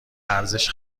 ارزش